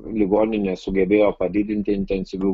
ligoninės sugebėjo padidinti intensyvių